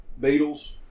Beatles